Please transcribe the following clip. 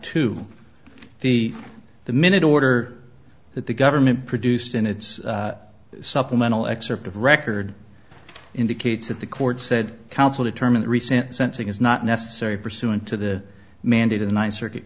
two the the minute order that the government produced in its supplemental excerpt of record indicates that the court said counsel determined recent sensing is not necessary pursuant to the mandate of the ninth circuit